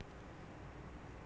this is damn sad